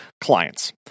clients